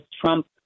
Trump